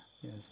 Yes